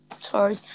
Sorry